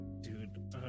dude